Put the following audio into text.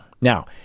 Now